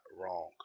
wrong